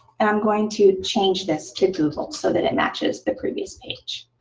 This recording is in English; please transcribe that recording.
and i'm going to change this to google so that it matches the previous page.